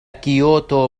كيوتو